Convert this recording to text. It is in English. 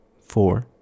four